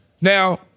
Now –